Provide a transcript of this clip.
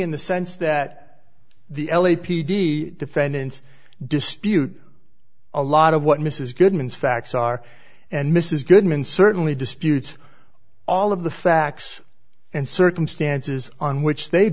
in the sense that the l a p d defendants dispute a lot of what mrs goodman facts are and mrs goodman certainly disputes all of the facts and circumstances on which they